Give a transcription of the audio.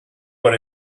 what